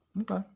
okay